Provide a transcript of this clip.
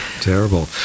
Terrible